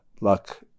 luck